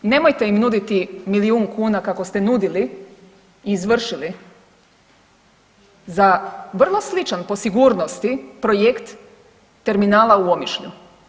Nemojte im nuditi milijun kuna kako ste nudili i izvršili za vrlo sličan po sigurnosti, projekt terminala u Omišlju.